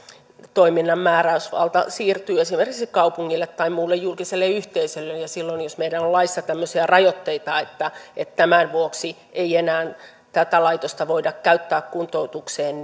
toiminnan määräysvalta siirtyy esimerkiksi kaupungille tai muulle julkiselle yhteisölle ja jos meillä on laissa tämmöisiä rajoitteita että että tämän vuoksi ei enää tätä laitosta voida käyttää kuntoutukseen